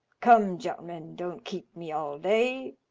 come, gen'lemen, don't keep me all day.